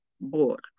board